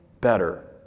better